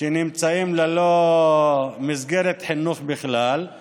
נמצאים ללא מסגרת חינוך בכלל;